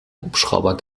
hubschrauber